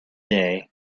day